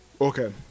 Okay